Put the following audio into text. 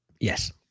Yes